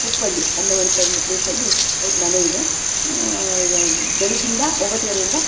ಕುಪ್ಪಳ್ಳಿ ಅನ್ನುವಂಥ ಒಂದು ಪ್ಲೇಸಲ್ಲಿ ಅವ್ರ ಮನೆ ಇದೆ ಬೆಳಗಿಂದ ಒಂಬತ್ತೂವರೆಯಿಂದ